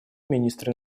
министра